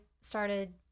started